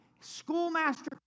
schoolmaster